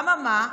אממה,